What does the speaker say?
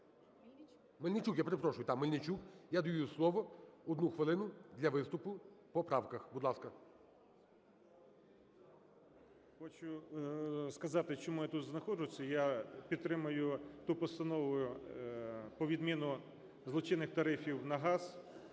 Мельничук. Я перепрошую, Мельничук. Я даю слово, одну хвилину для виступу по правках, будь ласка. 12:49:55 МЕЛЬНИЧУК С.П. Хочу сказати, чому я тут знаходжуся. Я підтримую ту постанову про відміну злочинних тарифів на газ.